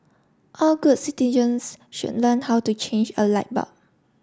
all good citizens should learn how to change a light bulb